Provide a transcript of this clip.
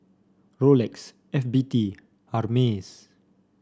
Rolex F B T Hermes